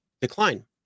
decline